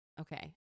Okay